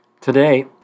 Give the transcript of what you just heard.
Today